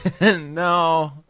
no